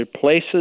places